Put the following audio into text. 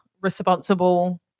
responsible